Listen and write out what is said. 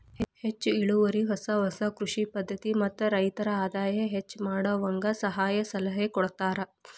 ಹೆಚ್ಚು ಇಳುವರಿ ಹೊಸ ಹೊಸ ಕೃಷಿ ಪದ್ಧತಿ ಮತ್ತ ರೈತರ ಆದಾಯ ಹೆಚ್ಚ ಮಾಡುವಂಗ ಸಹಾಯ ಸಲಹೆ ಕೊಡತಾರ